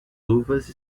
luvas